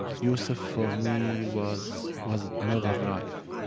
yusef, for me, was was another life,